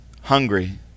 hungry